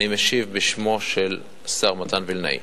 אני משיב בשמו של השר מתן וילנאי.